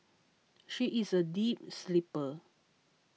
she is a deep sleeper